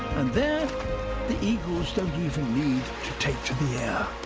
and there the eagles don't even need to take to the air.